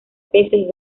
peces